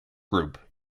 group